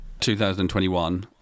2021